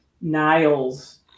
Niles